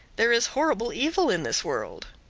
there is horrible evil in this world.